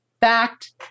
fact